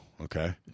okay